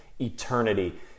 eternity